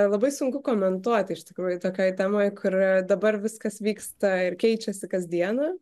labai sunku komentuoti iš tikrųjų tokioj temoj kur dabar viskas vyksta ir keičiasi kasdieną